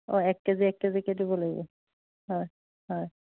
অঁ এক কেজি এক কেজিকৈ দিব লাগিব হয় হয়